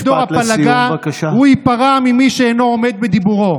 דור הפלגה הוא ייפרע ממי שאינו עומד בדיבורו.